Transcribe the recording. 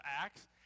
Acts